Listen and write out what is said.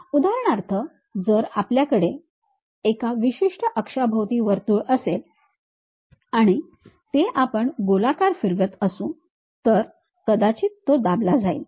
उदाहरणार्थ जर आपल्याकडे एका विशिष्ट अक्षाभोवती वर्तुळ असेल आणि ते आपण गोलाकार फिरवत असू तर कदाचित तो दाबला जाईल